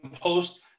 post